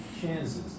chances